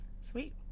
Sweet